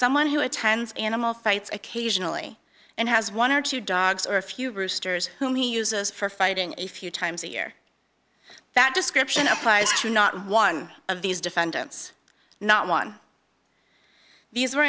someone who attends animal fights occasionally and has one or two dogs or a few roosters whom he uses for fighting a few times a year that description applies to not one of these defendants not one these were